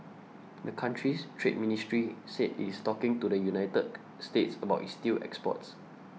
the country's trade ministry said it is talking to the United States about its steel exports